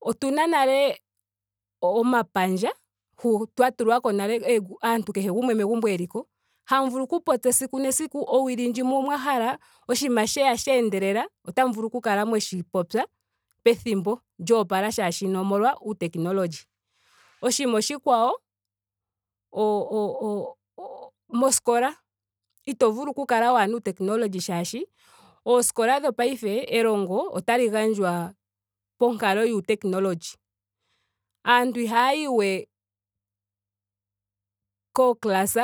Otuna nale omapandja hu twa tulwako nale aantu kehe gumwe megumbo eliko. hamu vulu oku popya esiku nesiku. owili ndji mwa hala. oshinima sheya sheendelela. otamu vulu mu kale mweshi popya pethimbo lyoopala shaashino omolwa uu technology. Oshinima oshikwawo o- o- o moskola ito vulu oku kala waahena uu technology shaashi ooskola dhopaife elongo otali gandjwa ponkalo yuu technology. Aanyu ihaayi we koo class